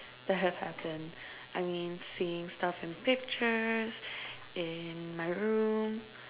that have happened I mean seeing stuff in pictures in my room